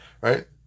right